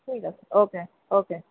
ঠিক আছে okay okay